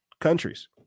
countries